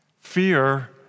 Fear